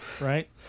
right